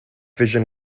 vision